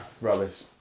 rubbish